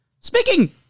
Speaking